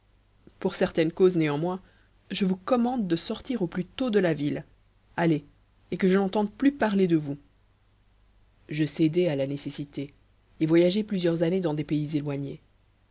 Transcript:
pour certaines causes néanmoins je vous commande de sortir au plus tôt de la ville allez et que je n'entende plus parler de vous o je cédai à la nécessité et voyageai plusieurs années dans des pays éloignés